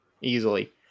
easily